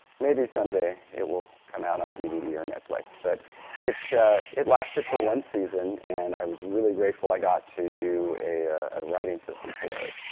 maybe someday it will come out on dvd or netflix. but it it lasted for one season and i was really grateful i got to do a writing system for it.